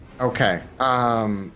Okay